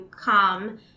come